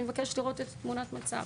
אני מבקשת לראות את תמונת המצב.